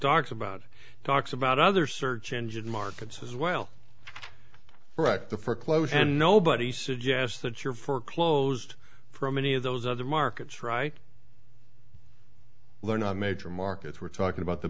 talks about talks about other search engine markets as well brecht the foreclosure and nobody suggests that you're for closed from any of those other markets right learn the major markets we're talking about the